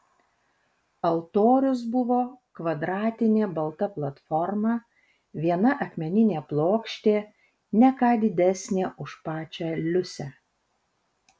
altorius buvo kvadratinė balta platforma viena akmeninė plokštė ne ką didesnė už pačią liusę